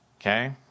okay